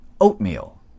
Oatmeal